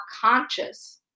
conscious